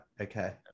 Okay